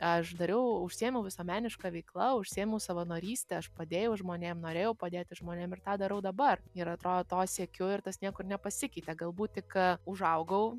aš dariau užsiėmiau visuomeniška veikla užsiėmiau savanoryste aš padėjau žmonėm norėjau padėti žmonėm ir tą darau dabar ir atrodo to siekiu ir tas niekur nepasikeitė galbūt tik užaugau